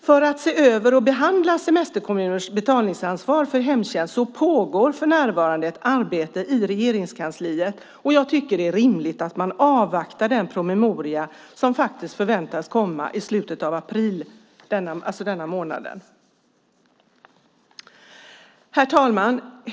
För att se över och behandla semesterkommuners betalningsansvar för hemtjänst pågår för närvarande ett arbete i Regeringskansliet, och jag tycker att det är rimligt att avvakta den promemoria som förväntas komma i slutet av april 2010, alltså denna månad. Herr talman!